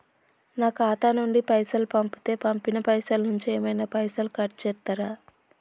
నా ఖాతా నుండి పైసలు పంపుతే పంపిన పైసల నుంచి ఏమైనా పైసలు కట్ చేత్తరా?